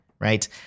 right